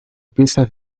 piezas